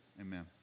amen